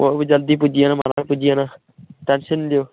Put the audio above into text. ओह हो जल्दी पुज्जी जाना महराज पुज्जी जाना टेन्शन नी लैयो